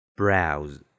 browse